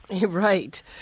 Right